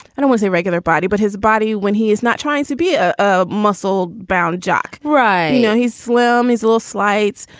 and it was a regular body. but his body, when he is not trying to be ah a muscle bound jock right now, he's slim is a little sleights.